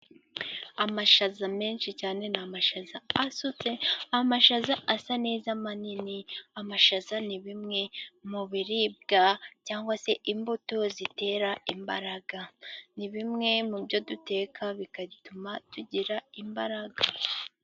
Amashaza menshi cyane ni amashaza asutse, amashaza asa neza manini. Amashaza ni bimwe mu biribwa cyangwa se imbuto zitera imbaraga, ni bimwe mu byo duteka bituma tugira imbaraga.